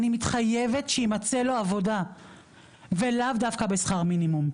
אני מתחייבת שיימצא לו עבודה ולאו דווקא בשכר מינימום.